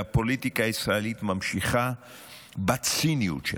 והפוליטיקה הישראלית ממשיכה בציניות שלה.